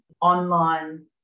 Online